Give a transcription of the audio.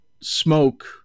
smoke